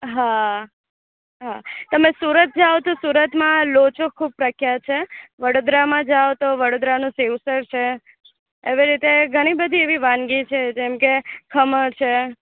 હા હા તમે સુરત જાઓ તો સુરતમાં લોચો ખૂબ પ્રખ્યાત છે વડોદરામાં જાઓ તો વડોદરાનું સેવ ઉસળ છે એવી રીતે ઘણી બધી વાનગી છે જેમકે ખમણ છે